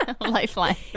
Lifeline